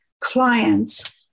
clients